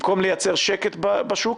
במקום לייצר שקט בשוק,